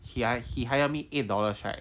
he ah he hired me eight dollars right